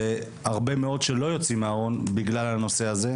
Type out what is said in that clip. והרבה מאוד שלא יוצאים מן הארון בגלל החששות.